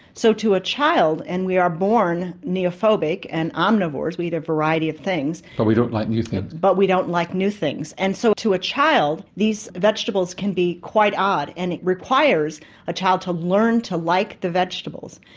so to a child, and we are born neophobic and omnivores, we eat a variety of things, norman swan but we don't like new things. but we don't like new things. and so to a child these vegetables can be quite odd, and it requires a child to learn to like the vegetables.